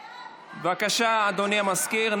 בבקשה, אדוני המזכיר.